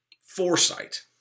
foresight